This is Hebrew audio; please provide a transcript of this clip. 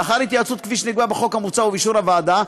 לאחר התייעצויות כפי שנקבע בחוק המוצע ובאישור הוועדה,